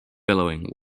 billowing